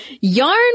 yarn